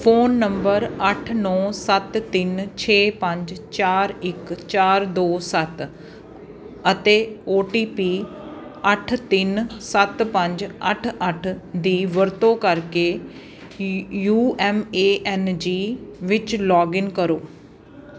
phone number ਅੱਠ ਨੌਂ ਸੱਤ ਤਿੰਨ ਛੇ ਪੰਜ ਚਾਰ ਇੱਕ ਚਾਰ ਦੋ ਸੱਤ ਅਤੇ ਓ ਟੀ ਪੀ ਅੱਠ ਤਿੰਨ ਸੱਤ ਪੰਜ ਅੱਠ ਅੱਠ ਦੀ ਵਰਤੋਂ ਕਰਕੇ U M A N G ਵਿੱਚ ਲੌਗਇੰਨ ਕਰੋ